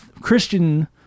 Christian